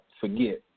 forget